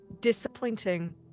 disappointing